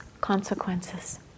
consequences